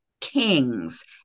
kings